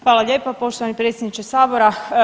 Hvala lijepa poštovani predsjedniče Sabora.